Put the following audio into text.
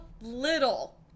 little